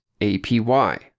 APY